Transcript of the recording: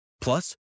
Plus